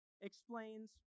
explains